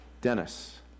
Dennis